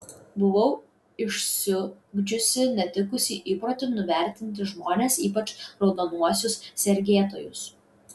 buvau išsiugdžiusi netikusį įprotį nuvertinti žmones ypač raudonuosius sergėtojus